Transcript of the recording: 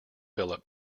philip